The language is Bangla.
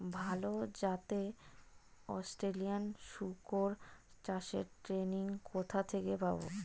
ভালো জাতে অস্ট্রেলিয়ান শুকর চাষের ট্রেনিং কোথা থেকে পাব?